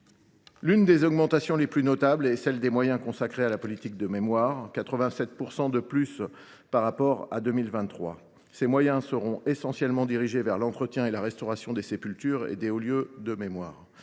L’une des augmentations les plus notables est celle des moyens consacrés à la politique de mémoire : 87 % de plus par rapport à 2023. Ces moyens seront essentiellement dirigés vers l’entretien et à la restauration des sépultures et des hauts lieux de mémoire.